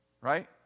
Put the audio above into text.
Right